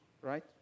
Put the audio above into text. right